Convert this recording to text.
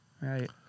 Right